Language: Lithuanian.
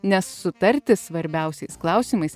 nes sutarti svarbiausiais klausimais